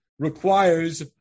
requires